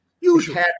Usually